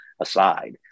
aside